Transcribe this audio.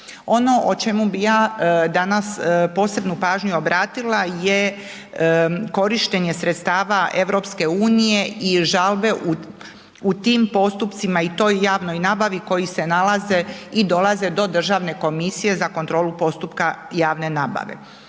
Ono o čemu bi ja danas posebnu pažnju obratila je korištenje sredstava EU i žalbe u tim postupcima i toj javnoj nabavi koji se nalaze i dolaze do Državne komisije za kontrolu postupka javne nabave.